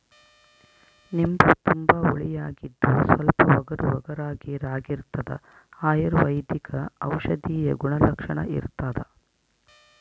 ನಿಂಬು ತುಂಬಾ ಹುಳಿಯಾಗಿದ್ದು ಸ್ವಲ್ಪ ಒಗರುಒಗರಾಗಿರಾಗಿರ್ತದ ಅಯುರ್ವೈದಿಕ ಔಷಧೀಯ ಗುಣಲಕ್ಷಣ ಇರ್ತಾದ